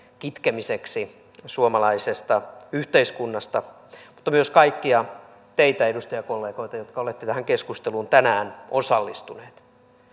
kitkemiseksi suomalaisesta yhteiskunnasta mutta myös kaikkia teitä edustajakollegoita jotka olette tähän keskusteluun tänään osallistuneet